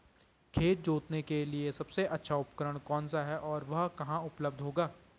खेत जोतने के लिए सबसे अच्छा उपकरण कौन सा है और वह कहाँ उपलब्ध होगा?